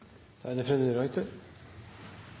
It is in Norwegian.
da er